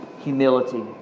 humility